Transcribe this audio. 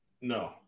No